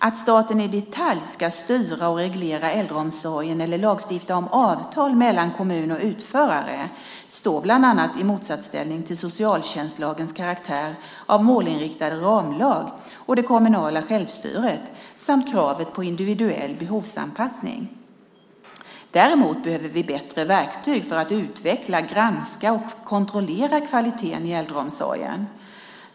Att staten i detalj ska styra och reglera äldreomsorgen eller lagstifta om avtal mellan kommun och utförare står bland annat i motsatsställning till socialtjänstlagens karaktär av målinriktad ramlag och det kommunala självstyret samt kravet på individuell behovsanpassning. Däremot behöver vi bättre verktyg för att utveckla, granska och kontrollera kvaliteten i äldreomsorgen.